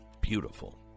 beautiful